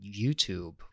YouTube